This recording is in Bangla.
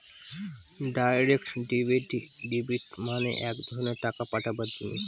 ডাইরেক্ট ডেবিট মানে এক ধরনের টাকা পাঠাবার জিনিস